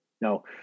No